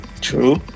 True